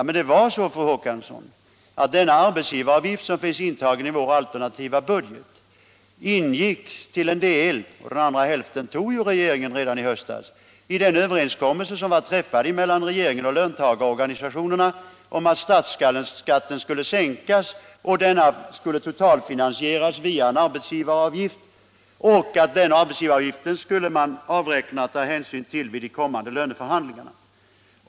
Men, fru Håkansson, den arbetsgivaravgift som finns intagen i vår alternativa budget ingick till en del — den andra hälften tog regeringen redan i höstas — i den överenskommelse som var träffad mellan regeringen och löntagarorganisationerna om att statsskatten skulle sänkas och totalfinansieras via arbetsgivaravgiften. Detta skulle man ta hänsyn till vid de kommande löneförhandlingarna.